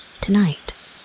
Tonight